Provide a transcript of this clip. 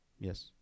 Yes